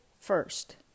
first